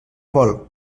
vol